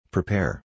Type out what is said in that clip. Prepare